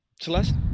Celeste